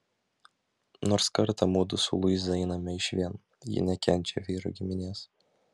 nors kartą mudu su luiza einame išvien ji nekenčia vyro giminės